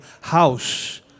house